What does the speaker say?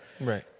Right